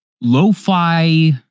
lo-fi